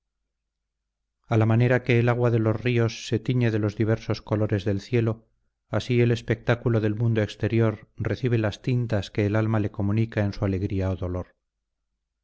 a la manera que el agua de los ríos se tiñe de los diversos colores del cielo así el espectáculo del mundo exterior recibe las tintas que el alma le comunica en su alegría o dolor